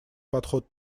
подход